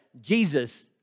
Jesus